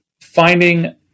finding